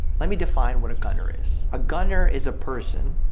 let me define what a gunner is. a gunner is a person,